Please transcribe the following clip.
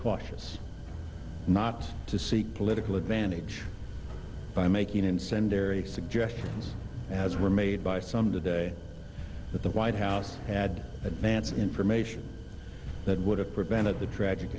cautious not to seek political advantage by making incendiary suggestions as were made by some today that the white house had advance information that would have prevented the tragic